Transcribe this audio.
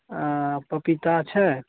आओर पपीता छै